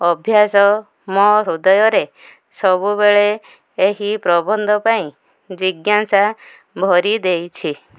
ଅଭ୍ୟାସ ମୋ ହୃଦୟରେ ସବୁବେଳେ ଏହି ପ୍ରବନ୍ଧ ପାଇଁ ଜିଜ୍ଞାସା ଭରି ଦେଇଛି